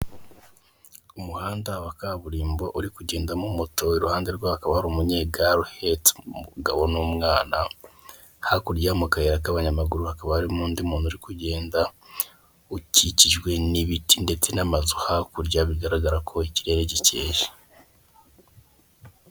Umuhanda wa kaburimbo uri kugendamo moto iruhande rwe hakaba hari umunyegare uhetse umugabo n'umwana, hakurya mu kayira k'abanyamaguru hakaba harimo undi muntu uri kugenda ukikijwe n'ibiti ndetse n'amazu hakurya bigaragara ko ikirere gikeye.